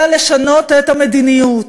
אלא לשנות את המדיניות.